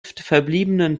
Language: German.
verbliebenen